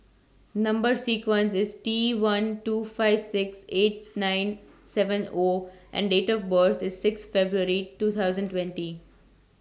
Number sequence IS T one two five six eight nine seven O and Date of birth IS six February two thousand twenty